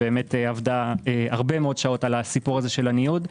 שעבדה הרבה מאוד שעות על נושא הניוד,